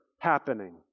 happening